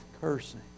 cursing